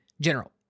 general